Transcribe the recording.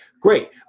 great